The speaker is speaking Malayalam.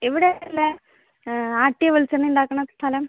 ഇവിടെയല്ലേ ആട്ടിയ വെളിച്ചെണ്ണ ഉണ്ടാക്കണ സ്ഥലം